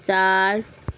चार